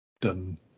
done